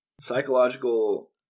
psychological